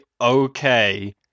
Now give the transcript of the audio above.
okay